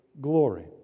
glory